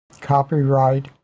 Copyright